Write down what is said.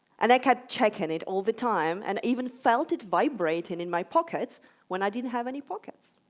and i kept checking it all the time, and even felt it vibrating in my pockets when i didn't have any pockets.